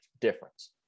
difference